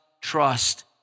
trust